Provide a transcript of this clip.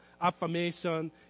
affirmation